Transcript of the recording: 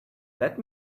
let